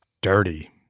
dirty